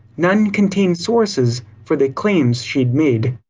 none contained sources for the claims she'd made.